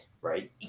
right